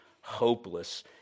hopeless